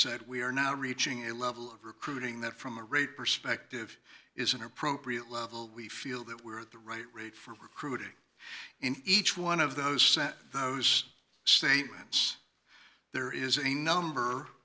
said we are now reaching a level of recruiting that from a rate perspective is an appropriate level we feel that we're at the right rate for recruiting in each one of those set those statements there is a number